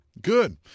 Good